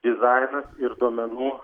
dizainas ir duomenų